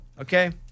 Okay